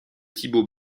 thibault